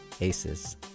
aces